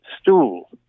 stool